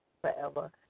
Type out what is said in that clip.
forever